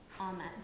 Amen